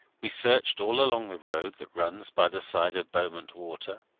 we searched all along the road that runs by the side of bowmont water,